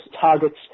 targets